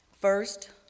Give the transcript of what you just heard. First